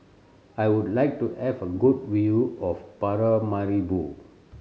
I would like to have a good view of Paramaribo